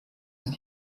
ist